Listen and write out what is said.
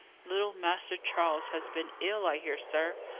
little master charles has been ill, i hear, sir?